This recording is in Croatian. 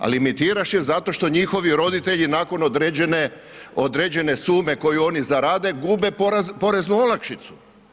A limitiraš ju zato što njihovi roditelji nakon određene sume koju oni zarade, gube poreznu olakšicu.